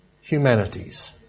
humanities